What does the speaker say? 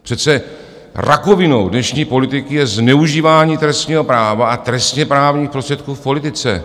Přece rakovinou dnešní politiky je zneužívání trestního práva a trestněprávních prostředků v politice.